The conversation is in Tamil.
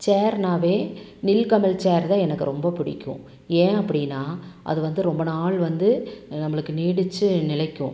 சேர்னாவே நில்கமல் சேர் தான் எனக்கு ரொம்ப பிடிக்கும் ஏன் அப்படினா அது வந்து ரொம்ப நாள் வந்து நம்மளுக்கு நீடித்து நிலைக்கும்